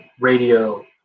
radio